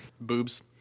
Boobs